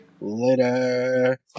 Later